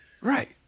right